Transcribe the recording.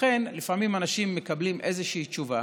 לפעמים אנשים מקבלים איזושהי תשובה,